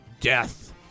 death